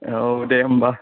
औ दे होमबा